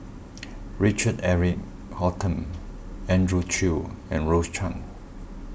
Richard Eric Holttum Andrew Chew and Rose Chan